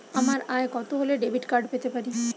আমার আয় কত হলে ডেবিট কার্ড পেতে পারি?